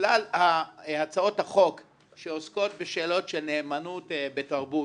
כלל ההצעות החוק שעוסקות בשאלות של נאמנות בתרבות